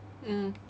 mm